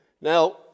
Now